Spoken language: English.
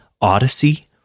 Odyssey